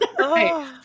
okay